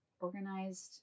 organized